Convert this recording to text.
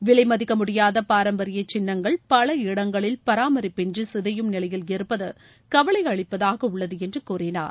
விலை மதிக்க முடியாத பாரம்பரிய சின்னங்கள் பல இடங்களில் பராமரிப்பின்றி சிதையும் நிலையில் இருப்பது கவலை அளிப்பதாக உள்ளது என்று கூறினார்